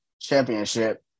championship